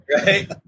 Right